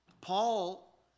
Paul